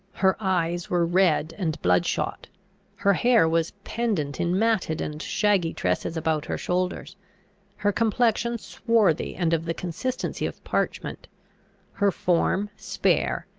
her eyes were red and blood-shot her hair was pendent in matted and shaggy tresses about her shoulders her complexion swarthy, and of the consistency of parchment her form spare,